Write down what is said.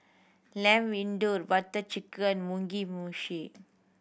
Lamb Vindaloo Butter Chicken Mugi Meshi